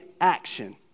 action